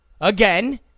again